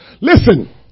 Listen